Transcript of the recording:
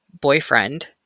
boyfriend